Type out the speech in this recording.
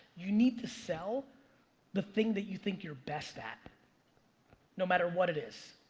you need to sell the thing that you think you're best at no matter what it is.